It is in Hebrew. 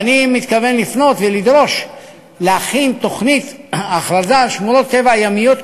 ואני מתכוון לפנות ולדרוש להכין תוכנית הכרזה על שמורות טבע ימיות,